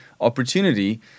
opportunity